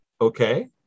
Okay